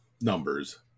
numbers